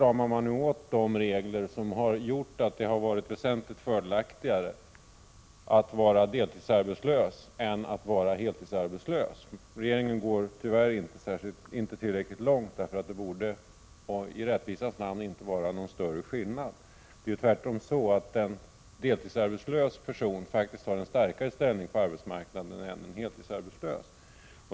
Man stramar nu åt de regler som gjort att det varit väsentligt fördelaktigare att vara deltidsarbetslös än att vara heltidsarbetslös. Regeringen går tyvärr inte tillräckligt långt. Det borde i rättvisans namn inte vara någon större skillnad där. Tvärtom har en deltidsarbetslös person en starkare ställning på arbetsmarknaden än en heltidsarbetslös.